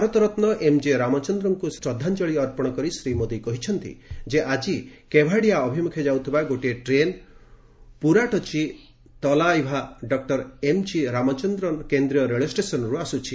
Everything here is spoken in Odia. ଭାରତରତ୍ନ ଏମଜି ରାମଚନ୍ଦ୍ରନଙ୍କୁ ଶ୍ରଦ୍ଧାଞ୍ଚଳି ଅର୍ପଣ କରି ଶ୍ରୀ ମୋଦୀ କହିଛନ୍ତି ଯେ ଆଜି କେଭାଡିଆ ଅଭିମୁଖେ ଯାଉଥିବା ଗୋଟିଏ train Puratchi Thalaiva doctor M G Ramachandran କେନ୍ଦ୍ରୀୟ ରେଳଷ୍ଟେସନରୁ ଆସୁଛି